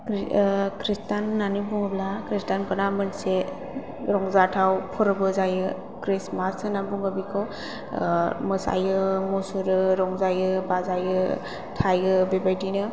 खृस्टान होन्नानै बुङोब्ला खृस्टानफोरना मोनसे रंजाथाव फोरबो जायो खृस्टमास होन्ना बुङो बेखौ मोसायो मुसुरो रंजायो बाजायो थायो बेबादिनो